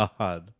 God